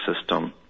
system